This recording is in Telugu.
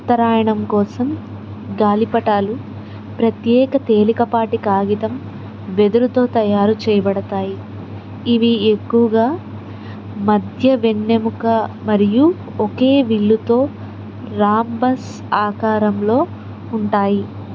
ఉత్తరాయణం కోసం గాలిపటాలు ప్రత్యేక తేలికపాటి కాగితం వెదురుతో తయారు చేయబడతాయి ఇవి ఎక్కువగా మధ్య వెన్నెముక మరియు ఒకే విల్లుతో రాంబస్ ఆకారంలో ఉంటాయి